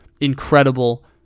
incredible